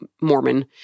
Mormon